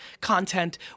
content